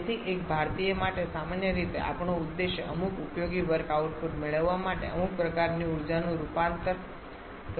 તેથી એક ભારતીય માટે સામાન્ય રીતે અમારો ઉદ્દેશ્ય અમુક ઉપયોગી વર્ક આઉટપુટ મેળવવા માટે અમુક પ્રકારની ઉર્જાનું રૂપાંતર કરવાનો છે